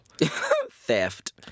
theft